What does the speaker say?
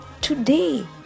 Today